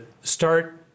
start